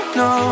no